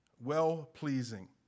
well-pleasing